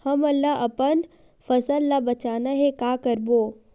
हमन ला अपन फसल ला बचाना हे का करबो?